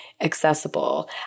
accessible